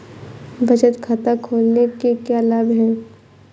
बचत खाता खोलने के क्या लाभ हैं?